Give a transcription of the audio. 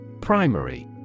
Primary